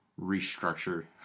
restructure